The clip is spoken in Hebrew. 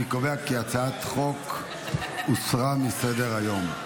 אני קובע כי הצעת החוק הוסרה מסדר-היום.